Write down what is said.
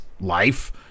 life